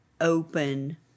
open